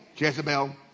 Jezebel